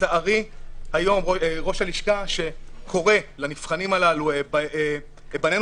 לצערי היום ראש הלשכה שקורא לנבחנים האלה "בנינו